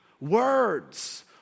Words